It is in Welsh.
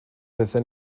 aethon